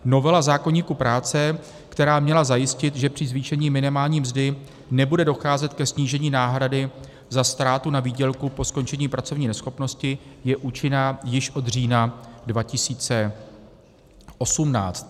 Novela zákoníku práce, která měla zajistit, že při zvýšení minimální mzdy nebude docházet ke snížení náhrady za ztrátu na výdělku po skončení pracovní neschopnosti, je účinná již od října 2018.